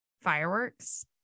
fireworks